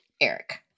Eric